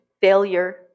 failure